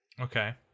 Okay